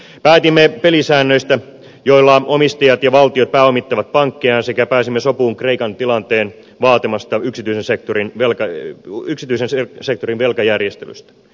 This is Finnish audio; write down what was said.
päätimme pelisäännöistä joilla omistajat ja valtiot pääomittavat pankkejaan sekä pääsimme sopuun kreikan tilanteen vaatimasta yksityisen sektorin velka ei puhu yksityisen sektorin velkajärjestelystä